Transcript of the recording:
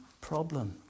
problem